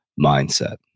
mindset